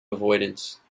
avoidance